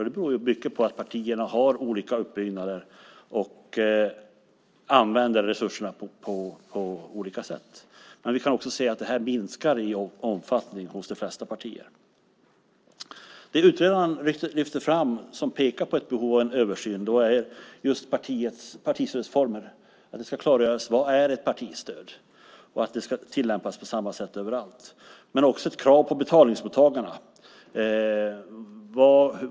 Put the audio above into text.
Det beror mycket på att partierna har olika uppbyggnader och använder resurserna på olika sätt. Men vi kan också se att det här minskar i omfattning hos de flesta partier. Det utredaren lyfte fram, som pekar på ett behov av en översyn, gäller just partistödets former, att det ska klargöras vad ett partistöd är och att det ska tillämpas på samma sätt överallt. Men det handlar också om ett krav på betalningsmottagarna.